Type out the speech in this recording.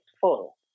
full